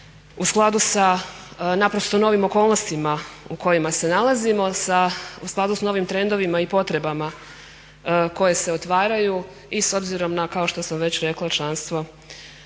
u skladu sa naprosto novim okolnostima u kojima se nalazimo, u skladu s novim trendovima i potrebama koje se otvaraju i s obzirom na kao što sam već rekla članstvo